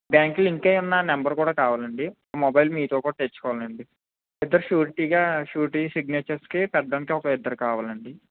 బ్యాంక్కి లింక్ అయి ఉన్న నెంబర్ కూడా కావాలి అండి మొబైల్ మీతోపాటు తెచ్చుకోవాలి అండి ఇద్దరు షూరిటీగా షూరిటీ సిగ్నేచర్స్కి పెట్టడానికి ఒక ఇద్దరు కావాలి అండి